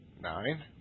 Nine